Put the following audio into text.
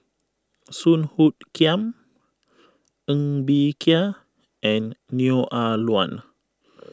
Song Hoot Kiam Ng Bee Kia and Neo Ah Luan